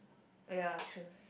oh ya true